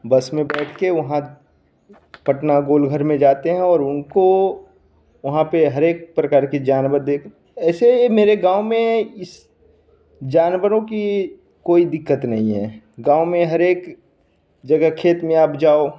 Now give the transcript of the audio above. बस में बैठ कर वहाँ पटना गोल घर में जाते हैं और उनको वहाँ पर हरेक प्रकार की जानवर देख ऐसे मेरे गाँव में इस जानवरों की कोई दिक्कत नहीं है गाँव में हर एक जगह खेत में आप जाओ